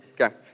Okay